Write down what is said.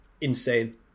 insane